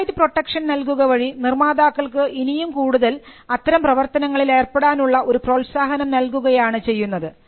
copy right protection നൽകുകവഴി നിർമ്മാതാക്കൾക്ക് ഇനിയും കൂടുതൽ അത്തരം പ്രവർത്തനങ്ങളിൽ ഏർപ്പെടാൻനുള്ള ഒരു പ്രോത്സാഹനം നൽകുകയാണ് ചെയ്യുന്നത്